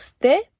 de